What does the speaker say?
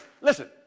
listen